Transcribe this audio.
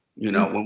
you know?